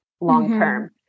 long-term